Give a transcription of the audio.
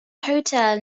hotel